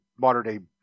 modern-day